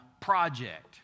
project